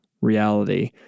reality